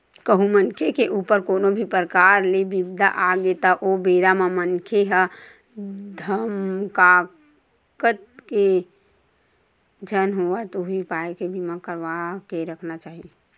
कहूँ मनखे के ऊपर कोनो भी परकार ले बिपदा आगे त ओ बेरा म मनखे ह धकमाकत ले झन होवय उही पाय के बीमा करवा के रखना चाही